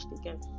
again